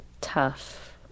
tough